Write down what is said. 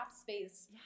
space